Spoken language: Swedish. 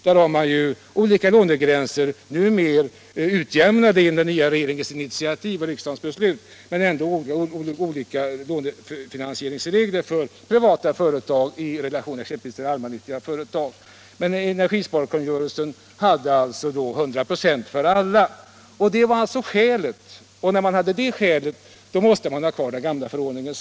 Där har man olika lånegränser, numera utjämnade på den nya regeringens initiativ och genom riksdagens beslut, men ändå olika lånefinansieringsregler för privata företag i relation exempelvis till allmännyttiga företag. Men energisparkungörelsen gav, som sagt, möjlighet till hundraprocentig belåning för alla. Det var alltså skälet, sade man, till att man måste ha kvar den gamla förordningen.